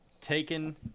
taken